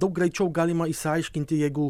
daug greičiau galima išsiaiškinti jeigu